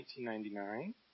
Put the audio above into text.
1999